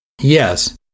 Yes